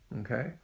Okay